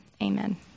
Amen